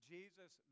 Jesus